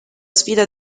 sfida